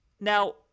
Now